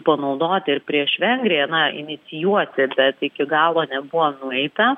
panaudoti ir prieš vengriją na inicijuoti bet iki galo nebuvo nueita